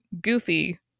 Goofy